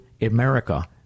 America